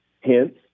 Hence